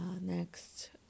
Next